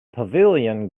pavilion